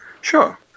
sure